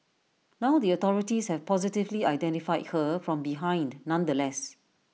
now the authorities have positively identified her from behind nonetheless